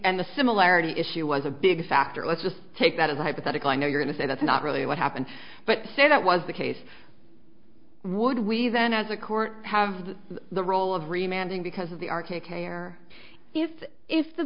and the similarity issue was a big factor let's just take that as a hypothetical i know you're gonna say that's not really what happened but that was the case would we then as a court have the role of reminding because of the archaic a or if if the